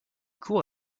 cours